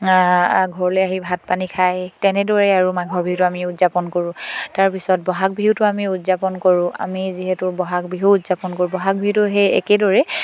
ঘৰলৈ আহি ভাত পানী খায় তেনেদৰেই আৰু মাঘৰ বিহুটো আমি উদযাপন কৰোঁ তাৰপিছত বহাগ বিহুটো আমি উদযাপন কৰোঁ আমি যিহেতু বহাগ বিহু উদযাপন কৰোঁ বহাগ বিহুটো সেই একেদৰে